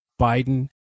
Biden